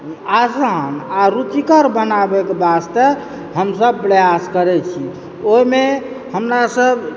आसान आ रुचिकर बनाबयकऽ वास्ते हमसभ प्रयास करैत छी ओहिमे हमरासभ